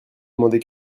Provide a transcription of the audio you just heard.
demander